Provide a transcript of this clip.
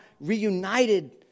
reunited